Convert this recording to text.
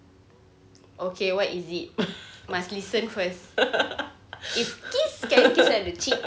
okay what is it must listen first if kiss can kiss on the cheek